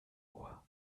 ohr